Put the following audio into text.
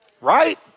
Right